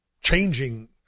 changing